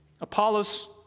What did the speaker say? Apollos